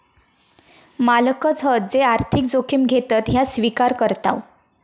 मालकच हत जे आर्थिक जोखिम घेतत ह्या स्विकार करताव